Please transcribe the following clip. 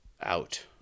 out